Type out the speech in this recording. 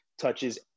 touches